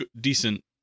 decent –